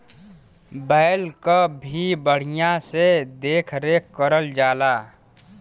बैल क भी बढ़िया से देख रेख करल जाला